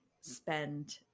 spend